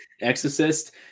Exorcist